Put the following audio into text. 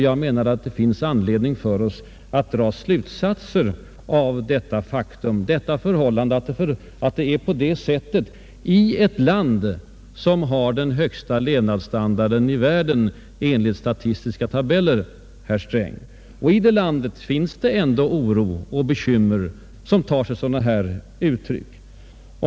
Jag menade att det finns anledning för oss att dra slutsatser av att det är på det sättet i ett land som enligt statistiska tabeller har den högsta levnadsstandarden i världen, herr Sträng, men där det ändå finns oro och bekymmer.